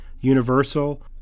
Universal